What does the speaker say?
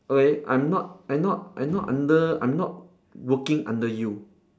okay I'm not I not I not under I'm not working under you